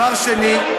דבר שני,